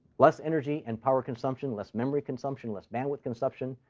less energy and power consumption. less memory consumption. less bandwidth consumption.